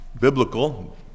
biblical